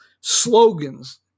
slogans